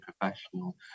professional